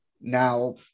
Now